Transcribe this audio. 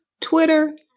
Twitter